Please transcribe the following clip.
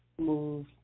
move